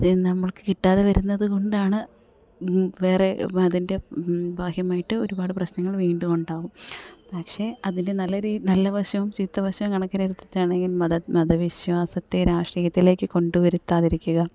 നമ്മൾക്ക് കിട്ടാതെ വരുന്നതു കൊണ്ടാണ് വേറെ അതിൻ്റെ ബാഹ്യമായിട്ട് ഒരുപാട് പ്രശ്നങ്ങൾ വീണ്ടും ഉണ്ടാകും പക്ഷെ അതിന് നല്ല വശവും ചീത്ത വശവും കണക്കിലെടുത്തിട്ടാണ് ഈ മതവിശ്വാസത്തെ രാഷ്ട്രീയത്തിലേക്കു കൊണ്ടു വരുത്താതിരിക്കുക